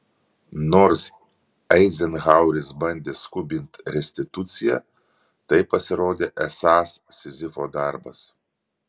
nors eizenhaueris bandė skubinti restituciją tai pasirodė esąs sizifo darbas